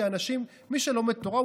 מי שלומד תורה,